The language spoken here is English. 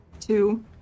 two